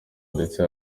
ndetse